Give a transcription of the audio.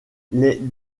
les